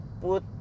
put